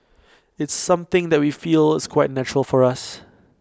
it's something that we feel is quite natural for us